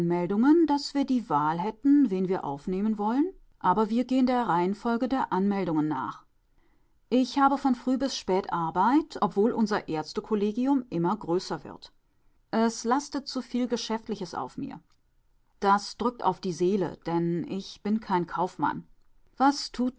anmeldungen daß wir die wahl hätten wen wir aufnehmen wollen aber wir gehen der reihenfolge der anmeldungen nach ich habe von früh bis spät arbeit obwohl unser ärztekollegium immer größer wird es lastet zuviel geschäftliches auf mir das drückt auf die seele denn ich bin kein kaufmann was tut